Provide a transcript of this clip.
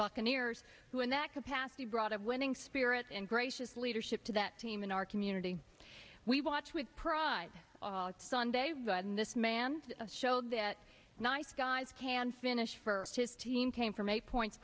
buccaneers who in that capacity brought of winning spirit and gracious leadership to that team in our community we watch with pride sunday in this man show that nice guys can finish for his team came from eight points